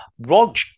Rog